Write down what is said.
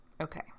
Okay